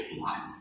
life